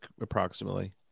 approximately